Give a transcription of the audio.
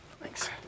Thanks